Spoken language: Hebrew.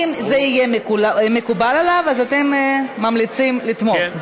אם זה יהיה מקובל עליו אז אתם ממליצים לתמוך.